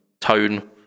tone